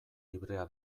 librea